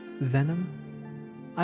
Venom